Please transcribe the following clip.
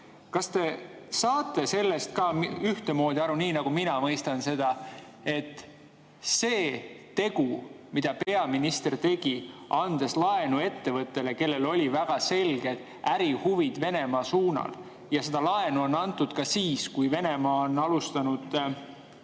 Kas te saate sellest samamoodi aru, nii nagu mina seda mõistan – see tegu, mille peaminister tegi: andis laenu ettevõttele, kellel olid väga selged ärihuvid Venemaa suunal, ja laenu anti ka siis, kui Venemaa oli alustanud